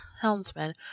helmsman